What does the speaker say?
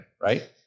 Right